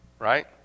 Right